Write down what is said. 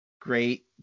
great